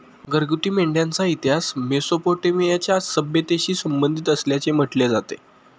घरगुती मेंढ्यांचा इतिहास मेसोपोटेमियाच्या सभ्यतेशी संबंधित असल्याचे म्हटले जाते